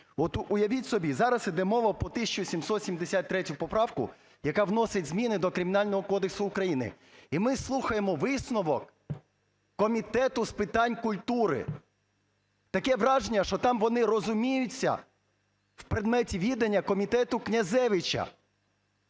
уявіть собі зараз іде мова про 1773 поправку, яка вносить зміни до Кримінального кодексу України, і ми слухаємо висновок Комітету з питань культури. Таке враження, що там вони розуміються в предметі відання комітету Князевича.